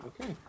Okay